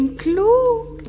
klug